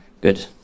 Good